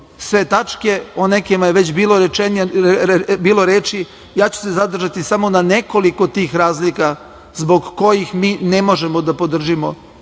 sve tačke. O nekima je već bilo reči. Ja ću se zadržati samo na nekoliko tih razlika zbog kojih mi ne možemo da podržimo.